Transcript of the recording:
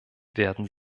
werden